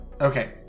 Okay